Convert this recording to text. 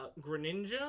Greninja